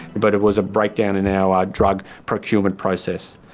but it was a breakdown in our drug procurement process,